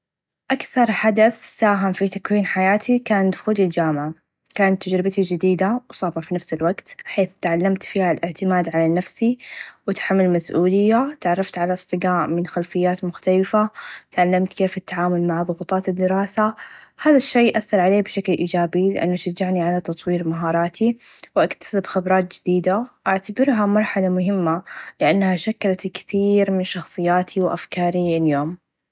أكثر حدث ساهم في تكوين حياتي كان دخولي الچامعه كان تچربتي چديده و صعبه في نفس الوقت حيث الإعتمدت فيها الإعتماد على نفسي و تحمل المسؤوليه تعرفت على أصدقاء من خلفيات مختلفه تعلمت كيف التعامل مع ضغوطات الدراسه و هذا الشئ أثر علي بشكل إيچابي لأني شچعني على تطوير مهاراتي و أكتسب خبرات چديده و أعتبرها مرحله مهمه لأنها شكلت كثير من شخصياتي و أفكاري لليوم.